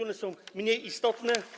One są mniej istotne.